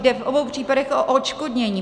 Jde v obou případech o odškodnění.